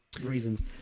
reasons